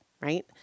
right